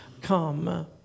come